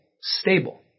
Stable